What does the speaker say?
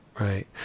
Right